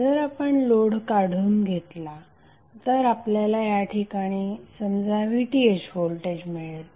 जर आपण लोड काढून घेतला तर आपल्याला या ठिकाणी समजा VTh व्होल्टेज मिळेल